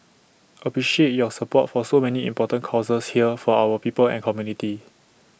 appreciate your support for so many important causes here for our people and community